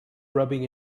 rubbing